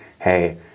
hey